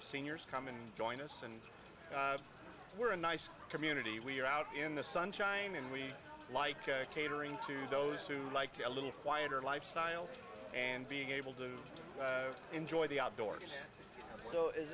of seniors come and join us and we're a nice community we're out in the sunshine and we like catering to those who like a little quieter lifestyle and being able to enjoy the outdoors so is